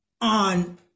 on